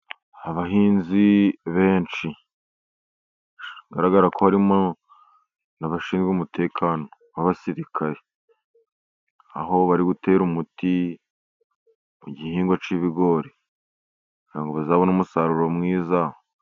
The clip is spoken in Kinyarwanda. Abahinzi benshi bigaragara ko harimo n'abashinzwe umutekano b'abasirikare. Aho bari gutera umuti ku gihingwa cy'ibigori, kugira ngo bazabone umusaruro mwiza.